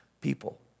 people